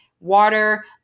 water